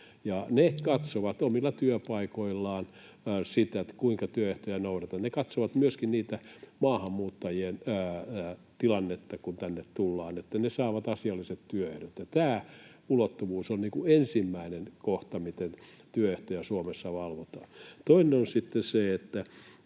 Ne katsovat omilla työpaikoillaan sitä, kuinka työehtoja noudatetaan. Ne katsovat myöskin maahanmuuttajien tilannetta, että he saavat asialliset työehdot, kun tänne tulevat. Tämä ulottuvuus on ensimmäinen kohta siinä, miten työehtoja Suomessa valvotaan. Toinen on